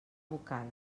vocal